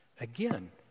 Again